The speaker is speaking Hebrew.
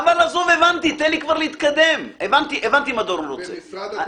הבנתי מה דורון אומר.